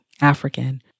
African